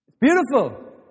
Beautiful